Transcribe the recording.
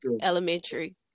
elementary